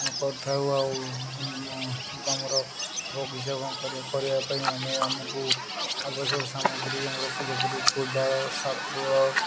ଆମେ କରିଥାଉ ଆଉ ଆମର ବଗିଚା କ'ଣ କରିବା କରିବା ପାଇଁ ଆମେ ଆମକୁ ଆବଶ୍ୟକ ସାମଗ୍ରୀ ଆମେ ରଖୁ ଯେପରିକି କୋଦାଳ ଶାବଳ